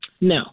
No